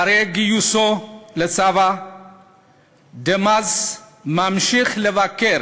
אחרי גיוסו לצבא דמאס ממשיך לבקר